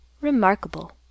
Remarkable